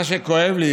מה שכואב לי